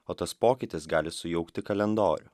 o tas pokytis gali sujaukti kalendorių